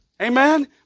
amen